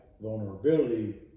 vulnerability